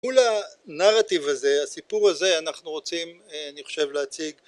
כל הנרטיב הזה הסיפור הזה אנחנו רוצים אני חושב להציג